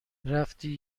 رفتی